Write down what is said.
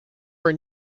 were